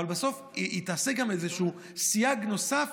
אבל בסוף היא תעשה גם איזשהו סייג נוסף